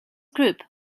group